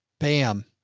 pam.